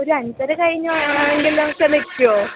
ഒരഞ്ചര കഴിഞ്ഞാണെങ്കിലൊക്കെ നിൽക്കുമോ